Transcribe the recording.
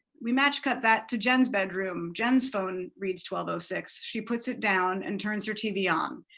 we match cut that to jen's bedroom, jen's phone reads twelve six, she puts it down and turns her tv on.